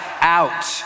out